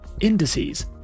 indices